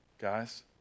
guys